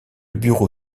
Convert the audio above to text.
bureau